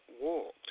walked